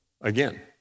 again